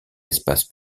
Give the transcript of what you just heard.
espaces